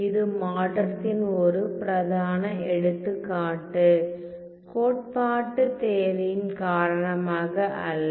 இது மாற்றத்தின் ஒரு பிரதான எடுத்துக்காட்டு கோட்பாட்டு தேவையின் காரணமாக அல்ல